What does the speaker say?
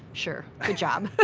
sure, good job. but